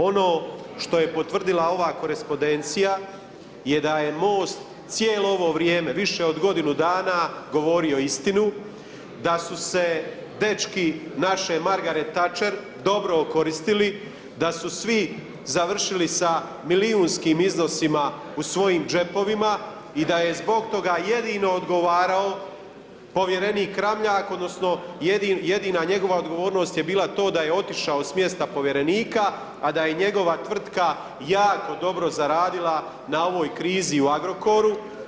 Ono što je potvrdila ova korespondencija je da je MOST cijelo ovo vrijeme više od godinu dana govorio istinu, da su se dečki naše Margaret Thatcher dobro okoristili, da su svi završili sa milijunskim iznosima u svojim džepovima i da je zbog toga jedino odgovarao povjerenik Ramljak, odnosno jedina njegova odgovornost je bila to da je otišao s mjesta povjerenika a da je njegova tvrtka jako dobro zaradila na ovoj krizi u Agrokoru.